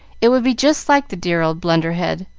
it would be just like the dear old blunder-head.